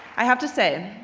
i have to say,